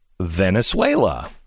Venezuela